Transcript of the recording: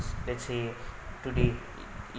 let's say today it